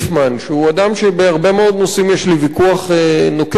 שהוא אדם שבהרבה מאוד נושאים יש לי ויכוח נוקב אתו,